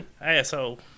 Asshole